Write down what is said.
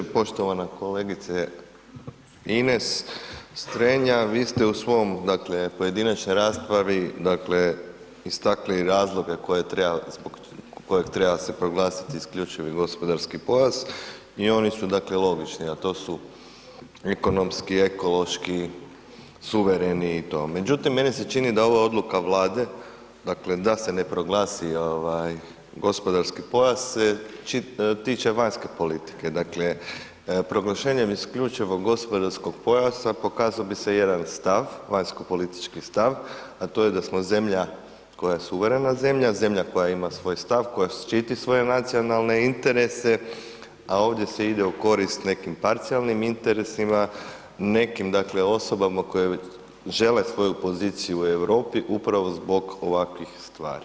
Poštovana kolegice Ines Strenja, vi ste u svom, dakle pojedinačnoj raspravi istakli razloge koje treba, zbog kojeg treba se proglasiti isključivi gospodarski pojas, i oni su dakle logični, a to su ekonomski, ekološki, suvereni i to, međutim meni se čini da ova odluka Vlade, dakle da se ne proglasi gospodarski pojas se tiče vanjske politike, dakle, proglašenjem isključivog gospodarskog pojasa pokazao bi se jedan stav, vanjsko politički stav, a to je da smo zemlja koja je suverena zemlja, zemlja koja ima svoj stav, koja štiti svoje nacionalne interese, a ovdje se ide u korist nekim parcijalnim interesima, nekim osobama koje žele svoju poziciju u Europi upravo zbog ovakvih stvari.